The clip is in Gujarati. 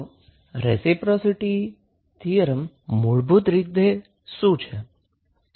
તો રેસિપ્રોસિટી થીયરમ મૂળભૂત રીતે શું છે